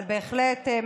אבל בהחלט,